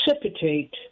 precipitate